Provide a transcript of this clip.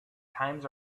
times